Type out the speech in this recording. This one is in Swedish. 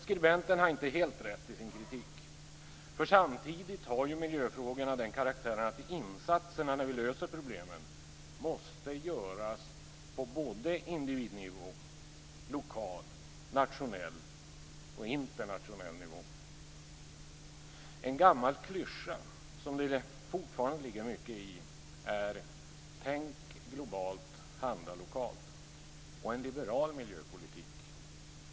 Skribenten har dock inte helt rätt i sin kritik, för samtidigt har ju miljöfrågorna den karaktären att insatserna när vi löser problemen måste göras både på individnivå och på lokal, nationell och internationell nivå. En gammal klyscha som det fortfarande ligger mycket i är följande: Tänk globalt - handla lokalt!